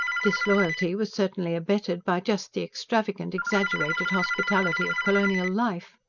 disloyalty was certainly abetted by just the extravagant, exaggerated hospitality of colonial life.